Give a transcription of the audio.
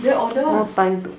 more time to